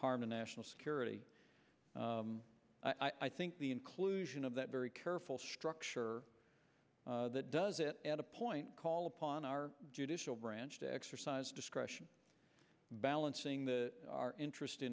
harm to national security i think the inclusion of that very careful structure that does it at a point call upon our judicial branch to exercise discretion balancing the our interest